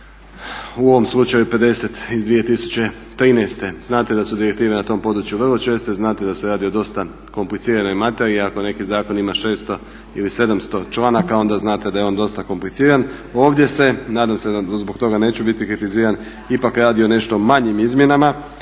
u ovom slučaju 50 iz 2013. Znate da su direktive na tom području vrlo česte, znate da se radi o dosta kompliciranoj materiji, ako neki zakon ima 600 ili 700 članaka onda znate da je on dosta kompliciran. Ovdje se, nadam se da zbog toga neću biti kritiziran, ipak radi o nešto manjim izmjenama